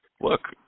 look